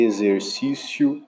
Exercício